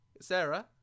Sarah